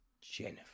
Jennifer